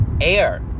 air